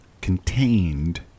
contained